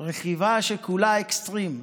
רכיבה שכולה אקסטרים,